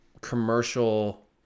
commercial